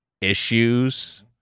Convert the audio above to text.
issues